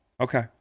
Okay